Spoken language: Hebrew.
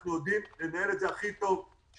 אנחנו יודעים לנהל את זה הכי טוב.